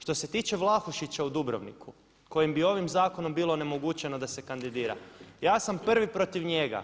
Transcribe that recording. Što se tiče Vlahušića u Dubrovniku kojim bi ovim zakonom bilo onemogućeno da se kandidira, ja sam prvi protiv njega.